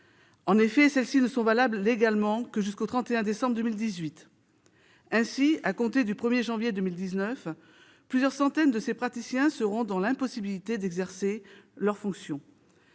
En effet, celles-ci ne sont valables légalement que jusqu'au 31 décembre 2018. Ainsi, à compter du 1 janvier 2019, plusieurs centaines de ces praticiens seront dans l'impossibilité d'exercer leurs fonctions.